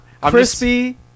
crispy